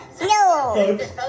no